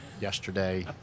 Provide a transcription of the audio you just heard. yesterday